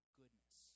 goodness